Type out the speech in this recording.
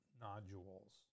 nodules